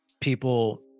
people